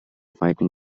fighting